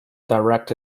direct